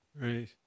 Right